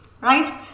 right